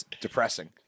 depressing